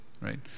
right